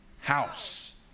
house